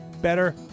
better